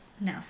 No